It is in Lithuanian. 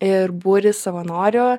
ir būrį savanorių